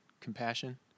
compassion